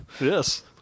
Yes